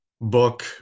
book